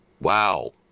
Wow